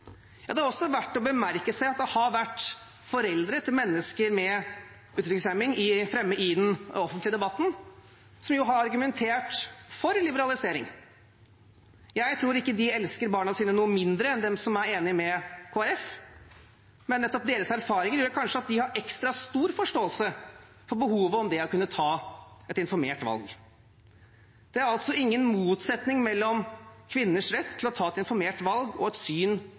Det er også verdt å merke seg at det har vært foreldre til mennesker med utviklingshemning fremme i den offentlige debatten som har argumentert for liberalisering. Jeg tror ikke de elsker barna sine noe mindre enn de som er enige med Kristelig Folkeparti, men nettopp deres erfaringer gjør kanskje at de har ekstra stor forståelse for behovet for det å kunne ta et informert valg. Det er altså ingen motsetning mellom kvinners rett til å ta et informert valg og et syn